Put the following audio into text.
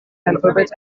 alphabets